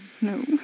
no